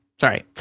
Sorry